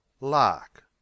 Lark